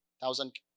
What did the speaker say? thousand